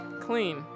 Clean